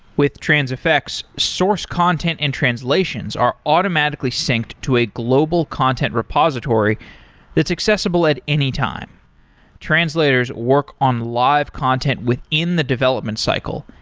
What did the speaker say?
with transifex, source content and translations are automatically synced to a global content repository that's accessible at any time translators work on live content within the development cycle,